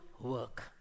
work